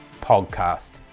Podcast